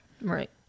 right